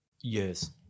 Yes